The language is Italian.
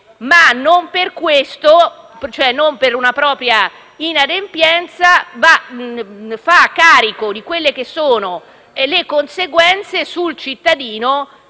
ma non per questo, cioè non per una propria inadempienza, fa carico delle conseguenze sul cittadino